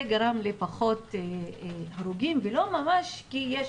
זה גרם לפחות הרוגים ולא ממש כי יש